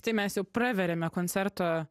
tai mes jau praveriame koncerto